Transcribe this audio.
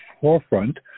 forefront